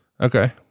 Okay